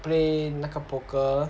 play 那个 poker